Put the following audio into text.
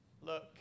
Look